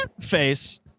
face